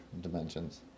dimensions